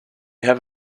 have